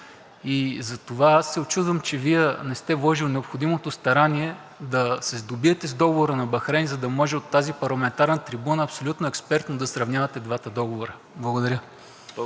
Затова аз се учудвам, че Вие не сте вложил необходимото старание да се сдобиете с договора на Бахрейн, за да може от тази парламентарна трибуна абсолютно експертно да сравнявате двата договора. Благодаря.